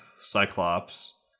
Cyclops